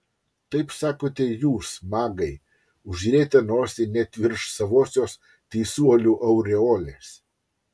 taip sakote jūs magai užrietę nosį net virš savosios teisuolių aureolės